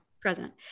present